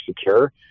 secure